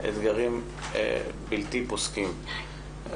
אתגרים בלתי פוסקים.